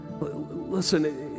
Listen